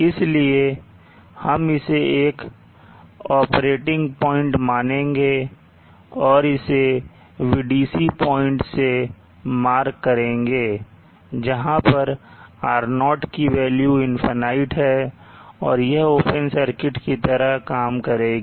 इसलिए हम इसे एक ऑपरेटिंग पॉइंट मानेंगे और इसे Vdc पॉइंट से mark करेंगे जहां पर R0 की वैल्यू infinite है और यह ओपन सर्किट की तरह काम करेगी